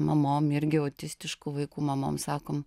mamom irgi autistiškų vaikų mamom sakom